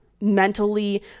mentally